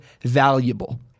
valuable